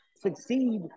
succeed